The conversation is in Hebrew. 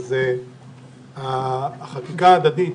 החקיקה ההדדית